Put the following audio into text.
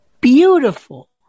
beautiful